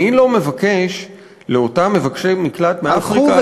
אני לא מבקש לאותם מבקשי מקלט מאפריקה,